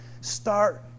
Start